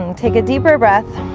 and take a deeper breath